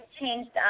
changed